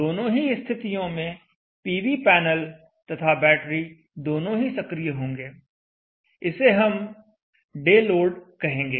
दोनों ही स्थितियों में पीवी पैनल तथा बैटरी दोनों ही सक्रिय होंगे इसे हम डे लोड कहेंगे